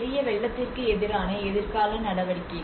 பெரிய வெள்ளத்திற்கு எதிரான எதிர்கால நடவடிக்கைகள்